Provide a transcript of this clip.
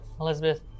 Elizabeth